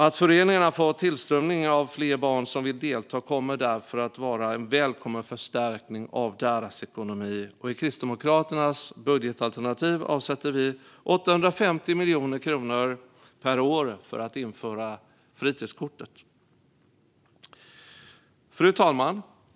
Att föreningarna får tillströmning av fler barn som vill delta kommer därför att vara en välkommen förstärkning av deras ekonomi. I Kristdemokraternas budgetalternativ avsätter vi 850 miljoner kronor per år för att införa fritidskortet. Fru talman!